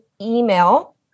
email